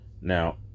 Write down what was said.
Now